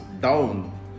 down